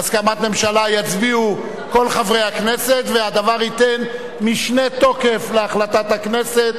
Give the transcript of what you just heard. הסכמת ממשלה יצביעו כל חברי הכנסת והדבר ייתן משנה תוקף להחלטת הכנסת,